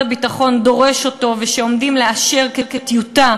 הביטחון דורש ושעומדים לאשר כטיוטה